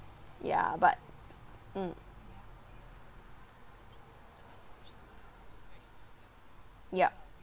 ya but mm yup